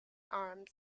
arms